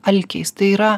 alkiais tai yra